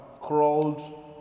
crawled